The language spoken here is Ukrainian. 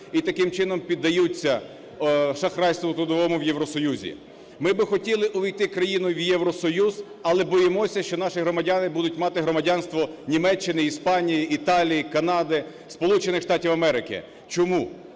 і таким чином піддаються шахрайству трудовому в Євросоюзі. Ми би хотіли увійти країною в Євросоюз, але боїмося, що наші громадяни будуть мати громадянство Німеччини, Іспанії, Італії, Канади, Сполучених Штатів Америки. Чому?